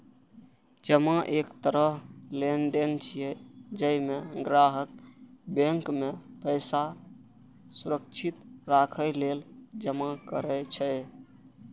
जमा एक तरह लेनदेन छियै, जइमे ग्राहक बैंक मे पैसा सुरक्षित राखै लेल जमा करै छै